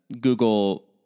Google